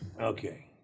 Okay